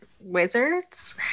wizards